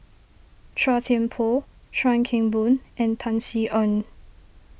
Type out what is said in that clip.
Chua Thian Poh Chuan Keng Boon and Tan Sin Aun